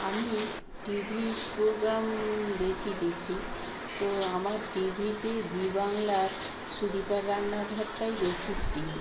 আমি টি ভির প্রোগ্রাম বেশি দেখি তো আমার টি ভিতে জি বাংলার সুদীপার রান্নাঘরটাই বেশি প্রিয়